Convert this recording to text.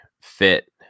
fit